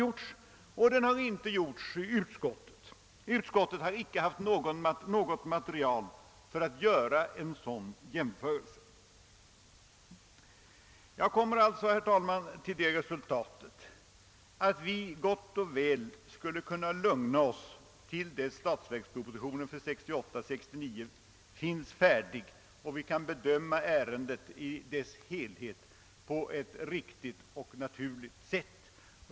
Jämförelserna har heller inte gjorts av utskottet; utskottet har inte haft något material att grunda sådana jämförelser på. Jag kommer alltså, herr talman, till det resultatet att vi gott och väl skulle kunna lugna oss till dess att statsverkspropositionen för 1968/69 är klar och vi kan bedöma ärendet i dess helhet på ett riktigt och naturligt sätt.